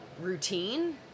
routine